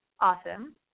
awesome